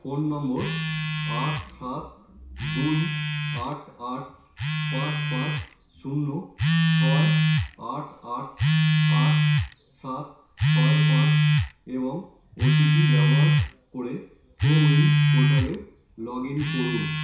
phone নম্বর আট সাত দুই আট আট পাঁচ পাঁচ শূন্য ছয় আট আট আট সাত ছয় পাঁচ এবং ওটিপি ব্যবহার করে কোউইন পোর্টালে লগ ইন করুন